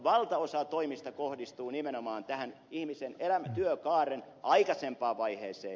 valtaosa toimista kohdistuu nimenomaan tähän ihmisen työkaaren aikaisempaan vaiheeseen